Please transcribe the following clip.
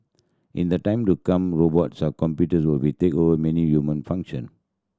in the time to come robots are computers will be take over many human function